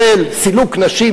לנסות ולפתור,